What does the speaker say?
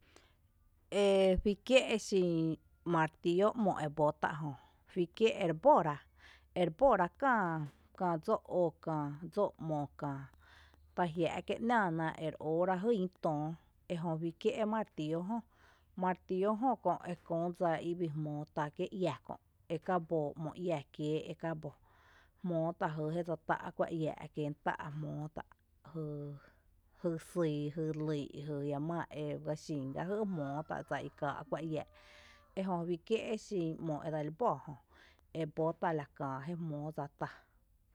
Ejuí kié’ exin martíillo ´mo ebótá’ jö, juí kié’ ere bóra ere bóra käá dsoo’ ó kää. Dsoo’ ´mo kää, tá jiⱥⱥ’ kié’ ‘nⱥⱥná ere óorá jý ñí töóö ejö juí kié’ martíllo jö. Martíllo jö kö ekö dsa i bíi jmóo tá kié’ kö, ekabo ‘mo iⱥ kié’ ekabo, jmóo tá’ jy jésy tá’ kuⱥ iⱥⱥ’ kién tá’ jmóo tá’ jy syy, jy lýy’ jy, jiama maa jmí gá xin gá jý jmóó tá’ dsa i káa’ kuⱥ iⱥⱥ’, ejö juí kié’ exin ´mo edseli bó jö, ebótá’ la kää jé jmóo dsa tá.